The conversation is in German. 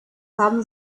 haben